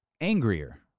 angrier